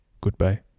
Goodbye